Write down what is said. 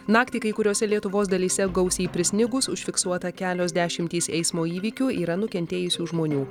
naktį kai kuriose lietuvos dalyse gausiai prisnigus užfiksuota kelios dešimtys eismo įvykių yra nukentėjusių žmonių